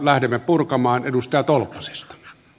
lähdemme purkamaan edustaja tolppasesta